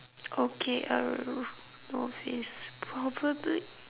okay err novice probably